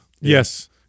Yes